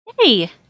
Hey